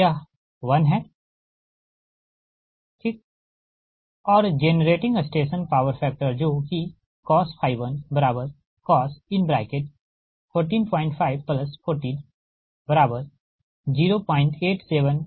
तो यह 1 है ठीक और generating station power factor जो कि cos 1 cos 14514 08788है